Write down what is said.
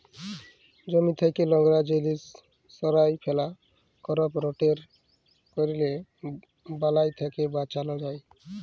জমি থ্যাকে লংরা জিলিস সঁরায় ফেলা, করপ রটেট ক্যরলে বালাই থ্যাকে বাঁচালো যায়